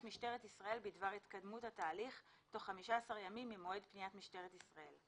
משטרת ישראל בדבר התקדמות ההליך תוך 15 ימים ממועד פניית משטרת ישראל.